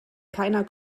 keiner